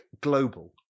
global